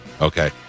Okay